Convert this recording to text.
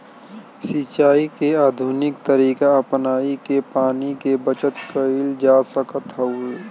सिंचाई के आधुनिक तरीका अपनाई के पानी के बचत कईल जा सकत हवे